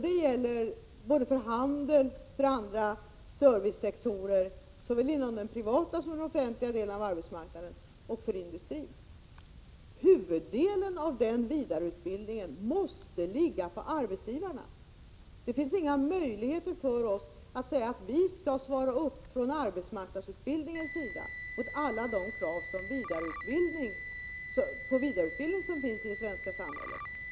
Det gäller både för handeln och andra servicesektorer, såväl inom den privata som inom den offentliga delen av arbetsmarknaden, och för industrin. Huvuddelen av vidareutbildningen måste ligga på arbetsgivarna. Det finns inga möjligheter att vi från arbetsmarknadsutbildningens sida kan svara upp mot alla de krav på vidareutbildning som ställs i det svenska samhället.